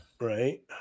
Right